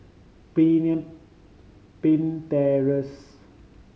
Pemimpin Terrace